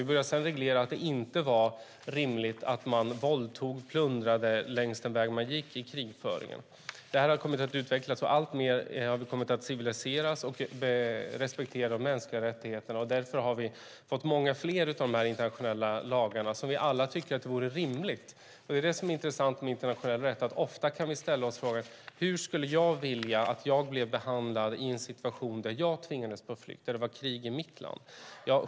Vi började sedan reglera att det inte var rimligt att man våldtog och plundrade längs den väg man gick i krigföringen. Detta har kommit att utvecklas. Det har alltmer kommit att civiliseras, och man har respekterat de mänskliga rättigheterna. Därför har vi fått många fler av dessa internationella lagar som alla tycker är rimliga. Det som är intressant med internationell rätt är att vi ofta kan ställa oss frågan: Hur skulle jag vilja att jag blev behandlad i en situation där jag tvingades på flykt och det var krig i mitt land?